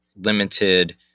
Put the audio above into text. limited